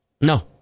No